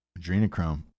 Adrenochrome